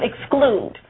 exclude